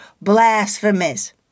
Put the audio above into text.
blasphemous